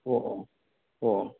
ꯑꯣ ꯑꯣ ꯑꯣ